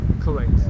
Correct